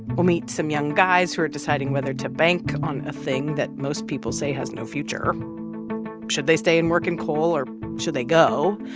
we'll meet some young guys who are deciding whether to bank on a thing that most people say has no future should they stay and work in coal or should they go?